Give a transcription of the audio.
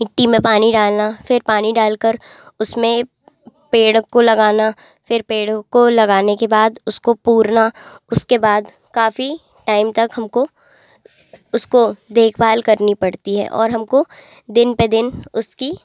मिट्टी में पानी डालना फिर पानी डाल कर उसमें पेड़ को लगाना फिर पेड़ों को लगाने के बाद उसको पूरना उसके बाद काफ़ी टाइम तक हमको उसको देखभाल करनी पड़ती है और हमको दिन पे दिन उसकी